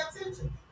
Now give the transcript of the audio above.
attention